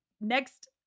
Next